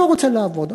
הוא לא רוצה לעבוד,